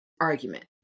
argument